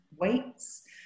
weights